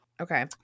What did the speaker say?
Okay